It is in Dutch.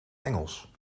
engels